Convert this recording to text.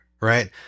right